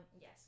Yes